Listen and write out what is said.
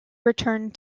returned